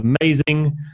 amazing